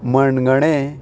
मणगणें